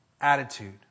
attitude